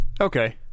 okay